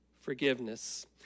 forgiveness